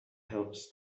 helps